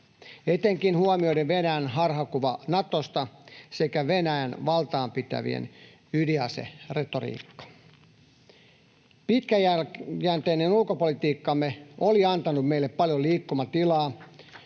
etenkin huomioiden Venäjän harhakuva Natosta sekä Venäjän valtaapitävien ydinaseretoriikka. Pitkäjänteinen ulkopolitiikkamme oli antanut meille paljon liikkumatilaa,